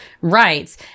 writes